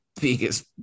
biggest